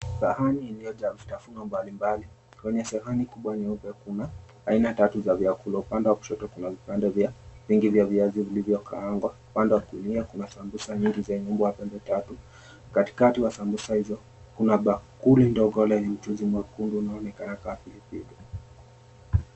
Sahani iliyojaa vitafuno 𝑚𝑏𝑎𝑙𝑖𝑚𝑏𝑎𝑙𝑖. 𝐾wenye sahani kubwa nyeupe, kuna aina tatu za vyakula; upande wa kushoto kuna vipande vingi vya viazi vilivyokaangwa, upande wa kulia kuna sambusa nyingi zenye umbo wa pembetatu, katikati wa sambusa hizo kuna bakuli ndogo lenye mchuzi mwekundu unaoonekana kaa pilipili.